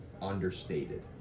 understated